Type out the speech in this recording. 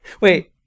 Wait